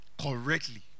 Correctly